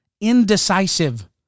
indecisive